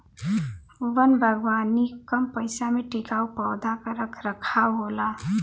वन बागवानी कम पइसा में टिकाऊ पौधा क रख रखाव होला